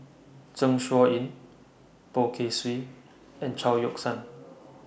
Zeng Shouyin Poh Kay Swee and Chao Yoke San